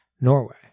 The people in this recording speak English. Norway